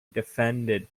defended